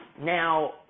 now